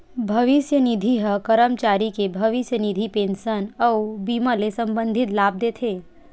भविस्य निधि ह करमचारी के भविस्य निधि, पेंसन अउ बीमा ले संबंधित लाभ देथे